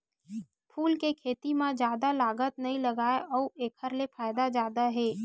फूल के खेती म जादा लागत नइ लागय अउ एखर ले फायदा जादा हे